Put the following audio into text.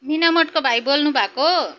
मिना मोडको भाइ बोल्नुभएको